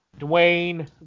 Dwayne